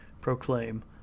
proclaim